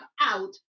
Out